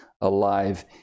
alive